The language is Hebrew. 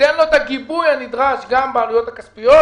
תיתן לו את הגיבוי הנדרש גם בעלויות הכספיות